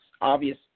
obvious